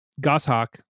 goshawk